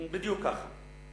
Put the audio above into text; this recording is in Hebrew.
בדיוק כך.